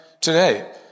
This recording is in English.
today